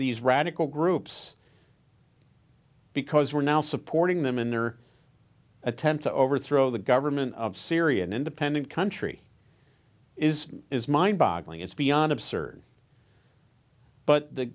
these radical groups because we're now supporting them in their attempt to overthrow the government of syria an independent country is is mind boggling is beyond absurd but the